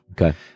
Okay